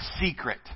secret